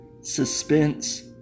suspense